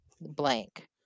blank